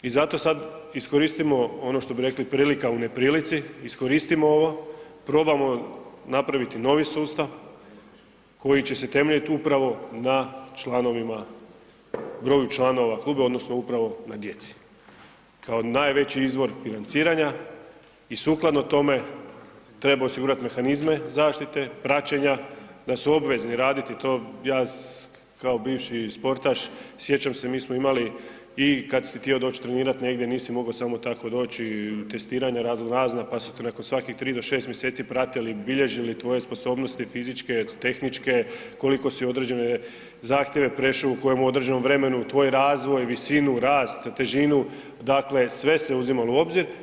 I zato sad iskoristimo ono što bi rekli prilika u neprilici, iskoristimo ovo, probamo napraviti novi sustav koji će se temeljiti upravo na članovima, broju članova klubova odnosno upravo na djeci kao najveći izvor financiranja i sukladno tome treba osigurati mehanizme zaštite, praćenja da su obvezni raditi to, ja kao bivši sportaš sjećam se mi smo imali i kad si htio doći trenirat negdje nisi mogao samo tako doći, testiranja razno razna pa su te nakon svakih 3 do 6 mjeseci pratili, bilježili tvoje sposobnosti fizičke, tehničke koliko si određene zahtjeve prešo u kojem određenom vremenu, tvoj razvoj, visinu, rast, težinu, dakle sve se uzimalo u obzir.